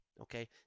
okay